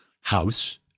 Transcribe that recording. house